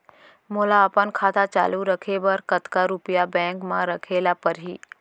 मोला अपन खाता चालू रखे बर कतका रुपिया बैंक म रखे ला परही?